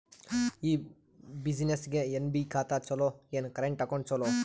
ಈ ಬ್ಯುಸಿನೆಸ್ಗೆ ಎಸ್.ಬಿ ಖಾತ ಚಲೋ ಏನು, ಕರೆಂಟ್ ಅಕೌಂಟ್ ಚಲೋ?